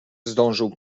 zdążył